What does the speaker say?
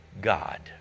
God